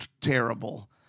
terrible